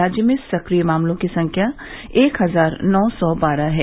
राज्य में सक्रिय मामलों की संख्या एक हजार नौ सौ बारह है